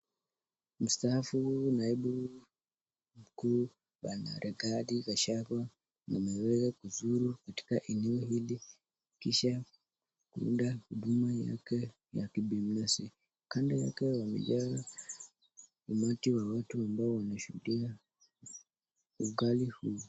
Mstaafu Naibu mkuu Bwana Rigathi Gachagua ameweza kuzuru eneo hili kisha kuunda huduma yake ya kibinafsi. Kando yake kumejaa umati wa watu ambao wanashuhudia ugavi huu.